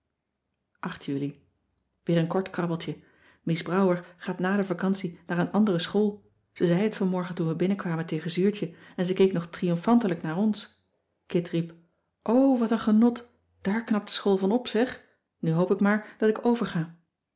weer een kort krabbeltje mies brouwer gaat na de vacantie naar een andere school ze zei het vanmorgen toen we binnenkwamen tegen zuurtje en ze keek nog triomfantelijk naar ons kit riep o wat een genot daar knapt de school van op zeg nu hoop ik maar dat ik overga